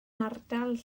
ardal